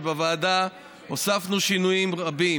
שבוועדה הוספנו שינויים רבים,